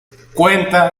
cuenta